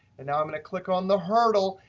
and now i'm going to click on the hurdle,